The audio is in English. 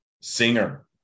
Singer